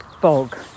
bog